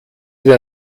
den